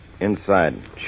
inside